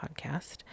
podcast